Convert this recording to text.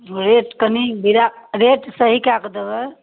rate कनी rate सही कए कऽ देबै